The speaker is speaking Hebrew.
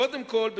קודם כול,